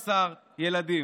12 ילדים.